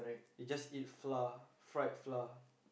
they just eat flour fried flour